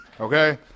okay